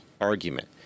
argument